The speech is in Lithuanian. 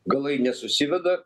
galai nesusiveda